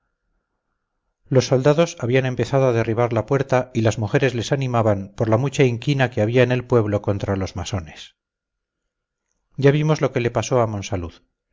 los soldados habían empezado a derribar la puerta y las mujeres les animaban por la mucha inquinaque había en el pueblo contra los masones ya vimos lo que le pasó a monsalud